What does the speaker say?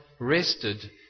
Rested